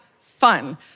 fun